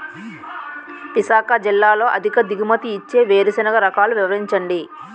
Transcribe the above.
విశాఖ జిల్లాలో అధిక దిగుమతి ఇచ్చే వేరుసెనగ రకాలు వివరించండి?